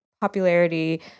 popularity